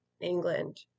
England